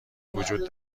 وجود